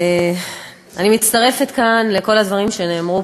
אני מצטרפת כאן לכל הדברים שנאמרו.